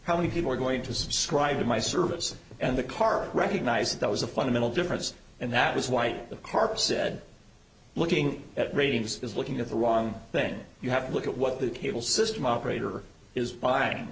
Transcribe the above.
how many people are going to subscribe to my service and the car recognise that was a fundamental difference and that was why the car said looking at ratings is looking at the wrong thing you have to look at what the cable system operator is